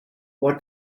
what